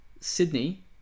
Sydney